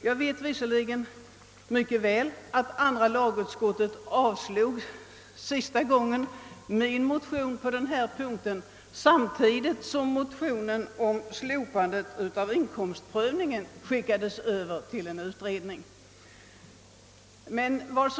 Jag vet mycket väl att andra lagutskottet då frågan sist behandlades avstyrkte min motion samtidigt som motionen om slopande av inkomstprövningen skickades över till pensionsförsäkringskommittén.